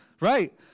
right